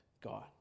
God